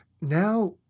Now